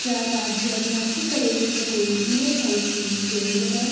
क्या राज्य अरुणाचल प्रदेश में कोई ई एस आई सी केंद्र हैं